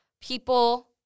people